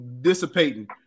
dissipating